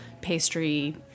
pastry